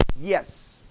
Yes